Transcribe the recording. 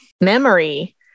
memory